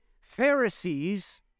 Pharisees